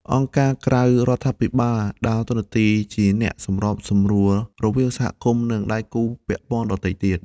អង្គការក្រៅរដ្ឋាភិបាល ដើរតួនាទីជាអ្នកសម្របសម្រួលរវាងសហគមន៍និងដៃគូពាក់ព័ន្ធដទៃទៀត។